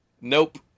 Nope